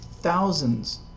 thousands